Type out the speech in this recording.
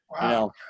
Wow